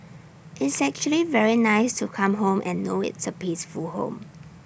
it's actually very nice to come home and know it's A peaceful home